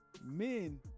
Men